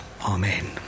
Amen